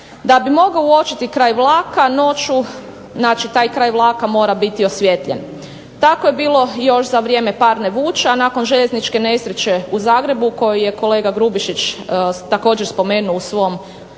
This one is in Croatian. Da bi mogao uočiti kraj vlaka noću kraj vlaka mora biti osvijetljen. Tako je bilo još za vrijeme parne vuče, a nakon željezničke nesreće u Zagrebu koju je kolega Grubišić također spomenuo u svom